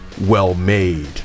well-made